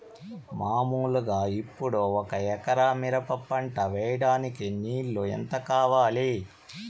మామూలుగా ఇప్పుడు ఒక ఎకరా మిరప పంట వేయడానికి నీళ్లు ఎంత కావాలి?